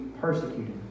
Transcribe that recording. persecuted